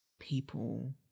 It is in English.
people